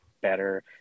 better